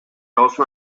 also